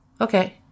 Okay